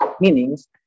meanings